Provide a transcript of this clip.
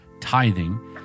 tithing